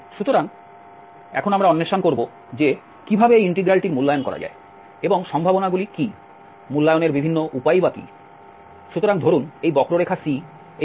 সুতরাং এখন আমরা অন্বেষণ করব যে কিভাবে এই ইন্টিগ্রালটির মূল্যায়ন করা যায় এবং সম্ভাবনাগুলি কী মূল্যায়নের বিভিন্ন উপায়ই বা কী